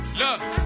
look